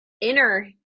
inner